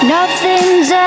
Nothing's